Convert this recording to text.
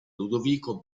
ludovico